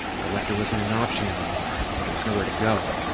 the lector wasn't an option anymore, there was nowhere to go.